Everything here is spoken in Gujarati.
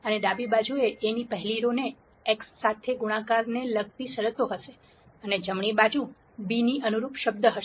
અને ડાબી બાજુએ A ની પહેલી રો ને x સાથે ગુણાકારને લગતી શરતો હશે અને જમણી તરફની બાજુ b ની અનુરૂપ શબ્દ હશે